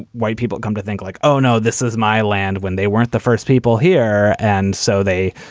white people come to think like, oh, no, this is my land when they weren't the first people here. and so they,